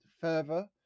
further